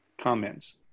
comments